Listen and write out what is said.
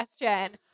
question